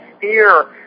fear